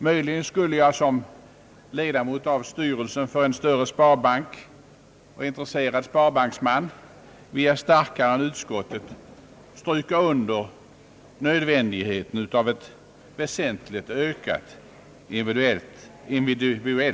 Möjligen skulle jag som ledamot av styrelsen för en större sparbank och intresserad sparbanksman starkare än utskottsmajoriteten vilja stryka under nödvändigheten av ett väsentligt ökat individuellt sparande.